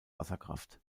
wasserkraft